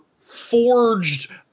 forged